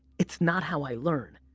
it's not how i learn.